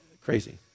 crazy